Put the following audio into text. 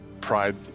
pride